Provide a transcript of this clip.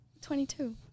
22